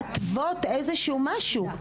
להתוות משהו,